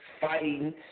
fighting